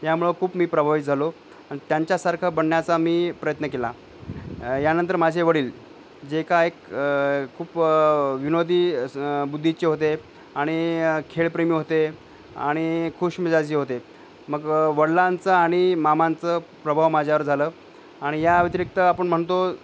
यामुळं खूप मी प्रभावित झालो त्यांच्यासारखं बनण्याचा मी प्रयत्न केला यानंतर माझे वडील जे का एक खूप विनोदी बुद्धीचे होते आणि खेळप्रेमी होते आणि खुशमिजाजी होते मग वडलांचं आणि मामांचं प्रभाव माझ्यावर झालं आणि याव्यतिरिक्त आपण म्हणतो